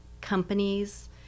companies